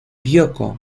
bioko